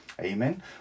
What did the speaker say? Amen